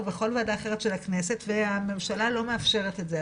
או בכל וועדה אחרת של הכנסת והממשלה לא מאפשרת את זה,